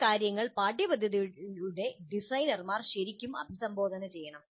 ഈ കാര്യങ്ങൾ പാഠ്യപദ്ധതിയുടെ ഡിസൈനർമാർ ശരിക്കും അഭിസംബോധന ചെയ്യണം